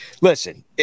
listen